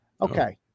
Okay